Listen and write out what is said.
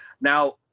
Now